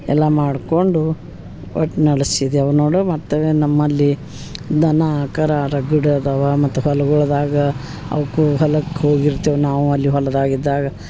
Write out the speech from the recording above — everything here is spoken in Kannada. ಎಲ್ಲ ಮಾಡ್ಕೊಂಡು ಒಟ್ಟು ನಡಸಿದೇವು ನೋಡಿ ಮತ್ತು ಅವೆ ನಮ್ಮಲ್ಲಿ ದನ ಕರ ರಗಡ ಅದಾವ ಮತ್ತು ಹೊಲುಗುಳ್ದಾಗ ಅವ್ಕು ಹೊಲಕ್ಕೆ ಹೋಗಿರ್ತೇವೆ ನಾವು ಅಲ್ಲಿ ಹೊಲದಾಗ ಇದ್ದಾಗ